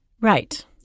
Right